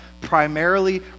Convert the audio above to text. primarily